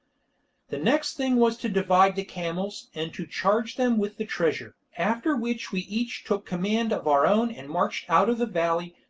the next thing was to divide the camels, and to charge them with the treasure, after which we each took command of our own and marched out of the valley,